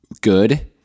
good